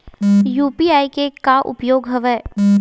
UPI के का उपयोग हवय?